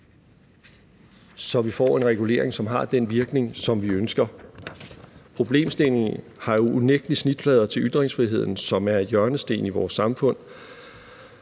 så vi får en regulering, som har den virkning, som vi ønsker. Problemstillingen har jo unægtelig snitflader til ytringsfriheden, som er en hjørnesten i vores samfund,